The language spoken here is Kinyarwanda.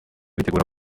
bitegura